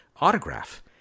autograph